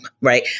right